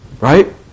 right